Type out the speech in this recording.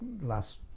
last